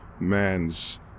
man's